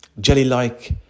jelly-like